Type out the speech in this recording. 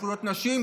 בזכויות נשים,